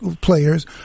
players